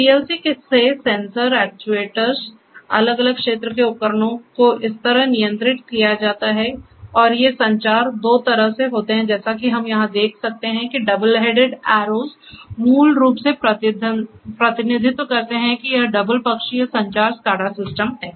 PLC से sensor actuators अलग अलग क्षेत्र के उपकरणों को इस तरह नियंत्रित किया जाता है और ये संचार दो तरह से होते हैं जैसा कि हम यहां देख सकते हैं कि डबल हेडेड arrows मूल रूप से प्रतिनिधित्व करते हैं कि यह डबल पक्षीय संचार SCADA सिस्टम है